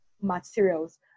materials